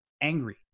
angry